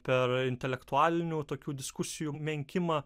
per intelektualinių tokių diskusijų menkimą